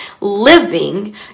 living